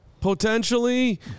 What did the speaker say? potentially